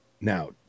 now